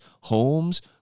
homes